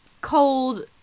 cold